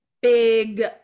big